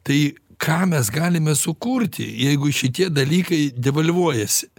tai ką mes galime sukurti jeigu šitie dalykai devalvuojasi